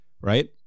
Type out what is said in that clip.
right